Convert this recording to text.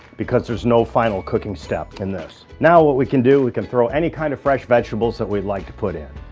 because there's no final cooking step from this. now what we can do, we can throw any kind of fresh vegetables that we'd like to put in.